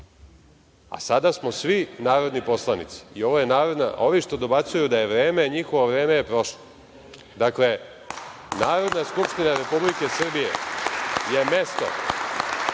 a sada smo svi narodni poslanici, i ovi što dobacuju da je vreme, njihovo vreme je prošlo. Dakle, Narodna skupština Republike Srbije je mesto